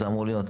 זה אמור להיות.